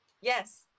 Yes